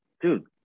dude